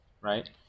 right